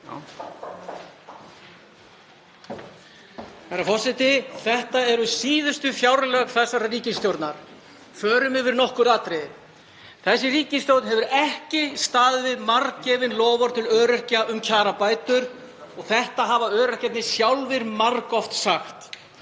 Þetta eru síðustu fjárlög þessarar ríkisstjórnar. Förum yfir nokkur atriði. Þessi ríkisstjórn hefur ekki staðið við marggefin loforð til öryrkja um kjarabætur og þetta hafa öryrkjar sjálfir margoft sagt.